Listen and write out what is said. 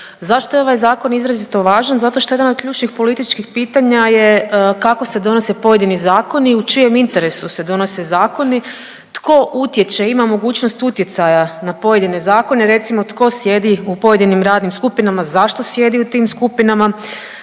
Zašto je ovaj zakon izrazito važan? Zato što je jedan od ključnih političkih pitanja je kako se donose pojedini zakoni, u čijem interesu se donose zakoni, tko utječe, ima mogućnost utjecaja na pojedine zakone, recimo tko sjedi u pojedinim radnim skupinama, zašto sjedi u tim skupinama,